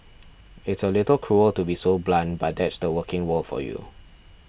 it's a little cruel to be so blunt but that's the working world for you